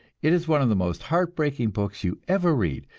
it is one of the most heart-breaking books you ever read,